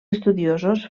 estudiosos